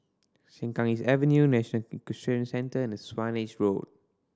Sengkang East Avenue National Equestrian Centre and Swanage Road